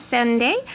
Sunday